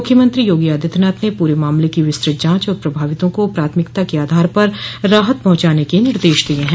मुख्यमंत्री योगी आदित्यनाथ ने पूरे मामले की विस्तत जांच और प्रभावितों को प्राथमिकता के आधार पर राहत पहुंचाने को निर्देश दिये हैं